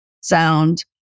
sound